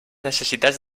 necessitats